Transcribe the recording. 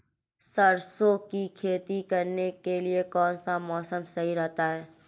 सरसों की खेती करने के लिए कौनसा मौसम सही रहता है?